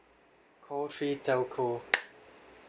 call three telco